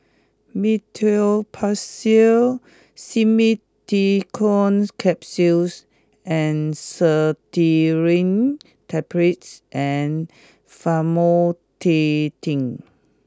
Meteospasmyl Simeticone Capsules Cetirizine Tablets and Famotidine